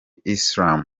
islam